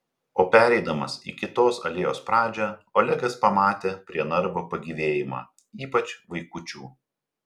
o pereidamas į kitos alėjos pradžią olegas pamatė prie narvo pagyvėjimą ypač vaikučių